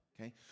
Okay